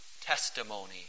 testimony